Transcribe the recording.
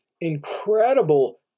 incredible